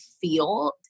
feel